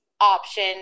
option